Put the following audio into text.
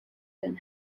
been